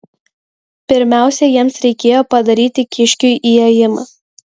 pirmiausia jiems reikėjo padaryti kiškiui įėjimą